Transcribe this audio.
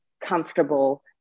comfortable